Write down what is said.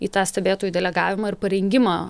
į tą stebėtojų delegavimą ir parengimą